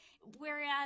whereas